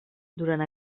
durant